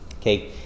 Okay